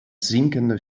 zinkende